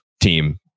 team